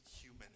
human